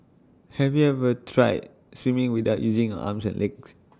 have you ever tried swimming without using A arms and legs